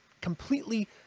completely